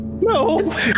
No